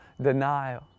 denial